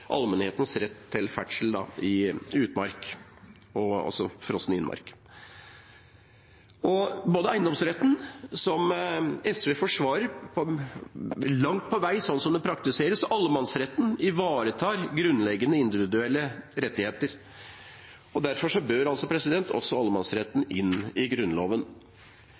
allmennhetens rett til ferdsel i utmark og frossen innmark. Både eiendomsretten, som SV forsvarer langt på vei sånn som den praktiseres, og allemannsretten ivaretar grunnleggende individuelle rettigheter, og derfor bør også allemannsretten inn i Grunnloven.